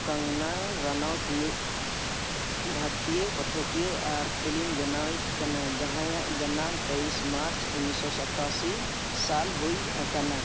ᱠᱝᱜᱚᱱᱟ ᱨᱟᱱᱟᱣᱩᱛ ᱢᱤᱫ ᱵᱷᱟᱨᱚᱛᱤᱭᱚ ᱯᱟᱴᱷᱚᱠᱤᱭᱟᱹ ᱟᱨ ᱯᱷᱤᱞᱢ ᱵᱮᱱᱟᱣᱤᱡ ᱠᱟᱱᱟᱭ ᱡᱟᱦᱟᱸᱭᱟᱜ ᱡᱟᱱᱟᱢ ᱛᱮᱭᱤᱥ ᱢᱟᱨᱪ ᱩᱱᱤᱥᱥᱚ ᱥᱟᱛᱟᱥᱤ ᱥᱟᱞ ᱦᱩᱭ ᱟᱠᱟᱱᱟ